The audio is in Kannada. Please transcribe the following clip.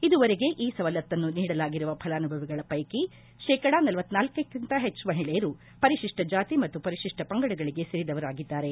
ಇದುವರೆಗೆ ಈ ಸವಲತ್ತನ್ನು ನೀಡಲಾಗಿರುವ ಫಲಾನುಭವಿಗಳ ಪೈಕಿ ಶೇಕಡ ಳಳಕ್ಕಿಂತ ಹೆಚ್ಚಿನ ಮಹಿಳೆಯರು ಪರಿಶಿಷ್ಟ ಜಾತಿ ಮತ್ತು ಪರಿಶಿಷ್ಟ ಪಂಗಡಗಳಿಗೆ ಸೇರಿದವರಾಗಿದ್ದಾರೆ